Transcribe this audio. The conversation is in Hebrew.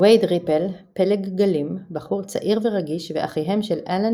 וייד ריפל / פלג גלים – בחור צעיר ורגיש ואחיהם של אלן